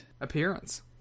Appearance